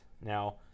Now